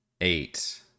eight